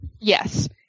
yes